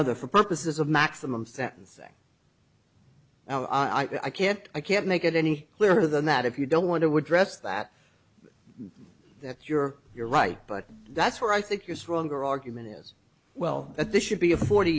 other for purposes of maximum sentencing now i can't i can't make it any clearer than that if you don't want to would dress that that's your you're right but that's where i think you're stronger argument as well that this should be a forty